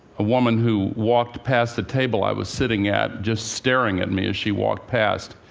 a woman who walked past the table i was sitting at, just staring at me as she walked past.